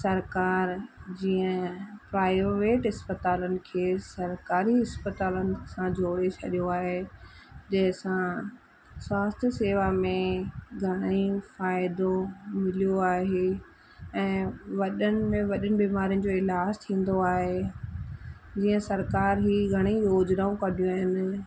सरकार जीअं प्रायोवेट अस्पतालुनि खे सरकारी अस्पतालुनि सां जोड़े छॾियो आहे जंहिं सां स्वास्थय सेवा में घणेई फ़ाइदो मिलियो आहे ऐं वॾनि में वॾनि बिमारियुनि जो इलाजु थींदो आहे जीअं सरकार हीउ घणेई योजनाऊं कढियूं आहिनि